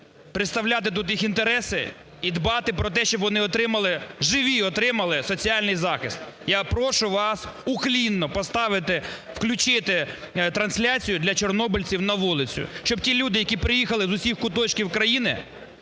представляти тут їх інтереси і дбати про те, щоб вони отримали, живі отримали соціальний захист. Я прошу вас уклінно поставити, включити трансляцію для чорнобильців на вулицю, щоб ті люди, які приїхали з усіх куточків країни,